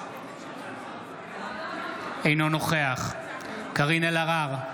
אינו נוכח קארין אלהרר,